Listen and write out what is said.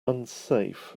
unsafe